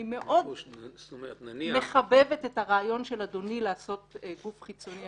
מאוד מחבבת את הרעיון של אדוני לעשות גוף חיצוני,